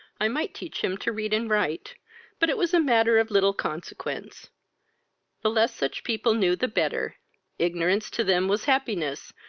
i might teach him to read and write but it was a matter of little consequence the less such people knew, the better ignorance to them was happiness,